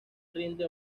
rinde